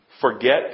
Forget